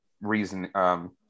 reason –